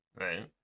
Right